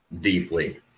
deeply